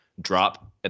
drop